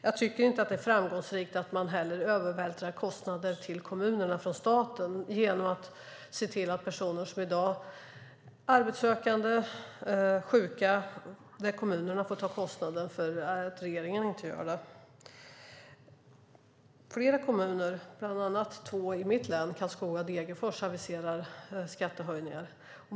Jag tycker inte heller att det är framgångsrikt att man övervältrar kostnader från staten till kommunerna genom att kommunerna får ta kostnaderna för arbetssökande och sjuka eftersom regeringen inte gör det. Flera kommuner, bland annat två i mitt län nämligen Karlskoga och Degerfors, aviserar skattehöjningar.